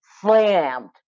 slammed